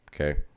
okay